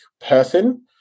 person